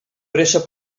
pressa